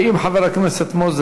ואם חבר הכנסת מוזס,